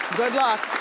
good luck.